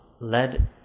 led